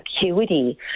acuity